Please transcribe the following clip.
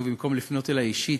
ובמקום לפנות אלי אישית,